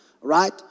right